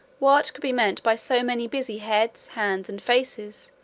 what could be meant by so many busy heads, hands, and faces,